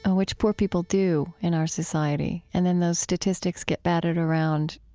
ah which poor people do in our society, and then those statistics get batted around,